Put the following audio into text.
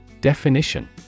Definition